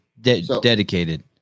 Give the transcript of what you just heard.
dedicated